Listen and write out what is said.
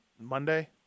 Monday